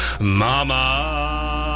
Mama